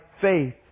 faith